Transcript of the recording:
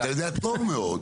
ואתה יודע טוב מאוד.